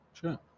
Sure